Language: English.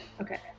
okay